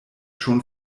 schon